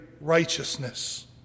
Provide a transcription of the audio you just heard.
righteousness